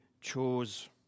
chose